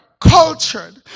cultured